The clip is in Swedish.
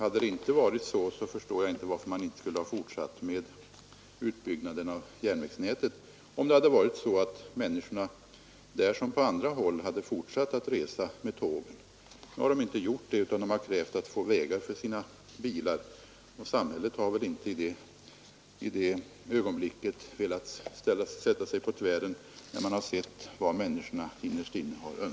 Om så inte varit fallet kan jag inte förstå varför man inte skulle ha fortsatt med utbyggnaden av järnvägsnätet. När nu människorna i detta område krävt att få vägar för sina bilar har samhället inte velat sätta sig på tvären.